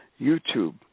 YouTube